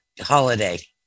holiday